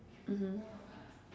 mmhmm